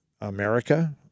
America